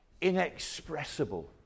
inexpressible